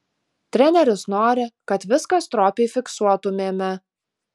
treneris nori kad viską stropiai fiksuotumėme